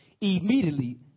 immediately